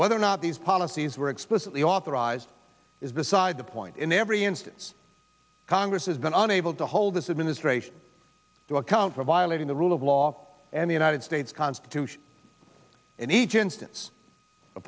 whether or not these policies were explicitly authorized is decide the point in every instance congress has been unable to hold this administration to account for violating the rule of law and the united states constitution in each instance